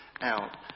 out